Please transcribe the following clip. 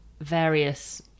various